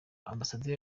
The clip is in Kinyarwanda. amb